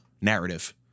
narrative